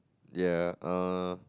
ya err